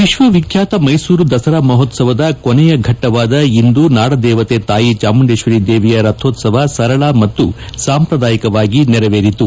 ವಿಶ್ವವಿಚ್ಯಾತ ಮೈಸೂರು ದಸರಾ ಮಹೋತ್ಸವದ ಕೊನೆ ಘಟ್ಟವಾದ ಇಂದು ನಾಡದೇವತೆ ತಾಯಿ ಚಾಮುಂಡೇಶ್ವರಿ ದೇವಿಯ ರಥೋತ್ಸವ ಸರಳ ಮತ್ತು ಸಾಂಪ್ರದಾಯಿಕವಾಗಿ ನೆರವೇರಿತು